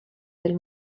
del